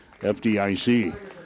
FDIC